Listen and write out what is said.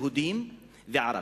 יהודים וערבים.